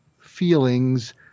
feelings